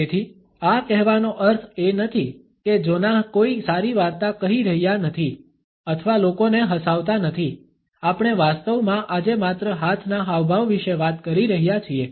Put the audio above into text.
તેથી આ કહેવાનો અર્થ એ નથી કે જોનાહ કોઈ સારી વાર્તા કહી રહ્યા નથી અથવા લોકોને હસાવતા નથી આપણે વાસ્તવમાં આજે માત્ર હાથના હાવભાવ વિશે વાત કરી રહ્યા છીએ